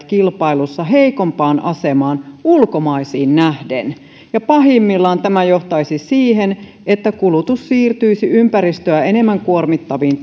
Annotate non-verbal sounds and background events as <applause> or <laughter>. <unintelligible> kilpailussa heikompaan asemaan ulkomaisiin nähden ja pahimmillaan tämä johtaisi siihen että kulutus siirtyisi ympäristöä enemmän kuormittaviin <unintelligible>